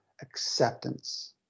acceptance